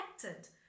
connected